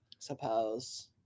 suppose